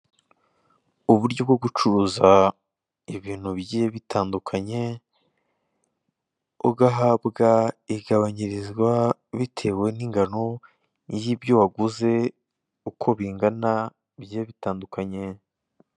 Uburyo bwo gucuruza ibintu bigiye bitandukanye, ugahabwa igabanyirizwa bitewe n'ingano y'ibyo waguze uko bingana bigiye bitandukanye.